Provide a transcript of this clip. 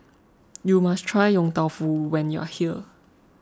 you must try Yong Tau Foo when you are here